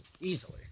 easily